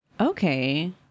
Okay